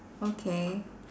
okay